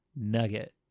nugget